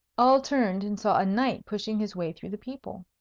all turned and saw a knight pushing his way through the people.